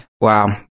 Wow